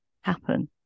happen